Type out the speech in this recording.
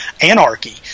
anarchy